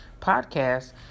podcast